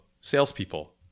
salespeople